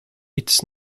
its